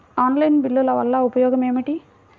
Online బిల్లుల వల్ల ఉపయోగమేమిటీ?